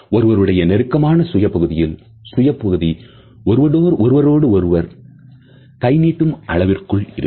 ஒருவருடைய நெருக்கமான சுய பகுதியில் சுய பகுதி ஒருவரோடொருவர் கை நீட்டும் அளவிற்குள் இருக்கும்